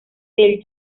del